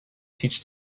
teach